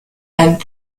and